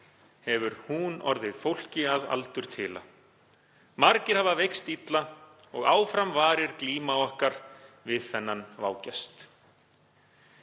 hefur hún orðið fólki að aldurtila. Margir hafa veikst illa og áfram varir glíma okkar við þennan vágest.